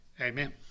Amen